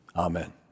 Amen